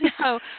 no